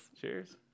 Cheers